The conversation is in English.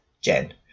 Jen